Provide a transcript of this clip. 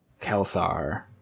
Kelsar